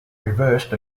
reversed